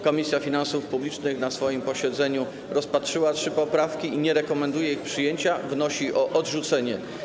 Komisja Finansów Publicznych na swoim posiedzeniu rozpatrzyła trzy poprawki i nie rekomenduje ich przyjęcia, wnosi o ich odrzucenie.